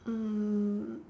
mm